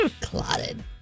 Clotted